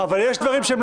זה יחזור אליכם כבומרנג.